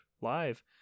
live